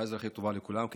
שנה אזרחית טובה לכולם.